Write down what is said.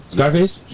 Scarface